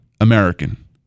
American